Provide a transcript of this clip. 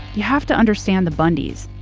you have to understand the bundys,